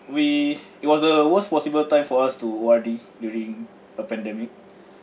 we it was the worst possible time for us to wa~ during a pandemic